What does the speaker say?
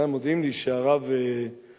כאן מודיעים לי שהרב הגאון,